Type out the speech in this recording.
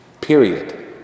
period